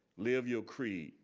live your creed,